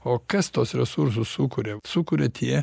o kas tuos resursus sukuria sukuria tie